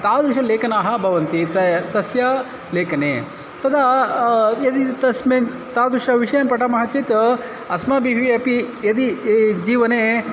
तादृशं लेखनं भवन्ति त तस्य लेखने तदा यदि तस्मिन् तादृशं विषयं पठामः चेत् अस्माभिः अपि यदि जीवने